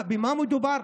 במה מדובר?